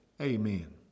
Amen